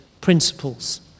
principles